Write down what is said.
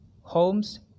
Holmes